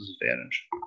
disadvantage